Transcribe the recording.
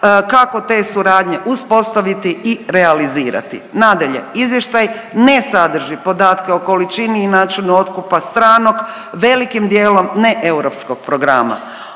kako te suradnje uspostaviti i realizirati. Nadalje, izvještaj ne sadrži podatke o količini i načinu otkupa stranog velikim dijelom ne europskog programa.